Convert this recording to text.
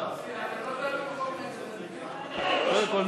קודם כול,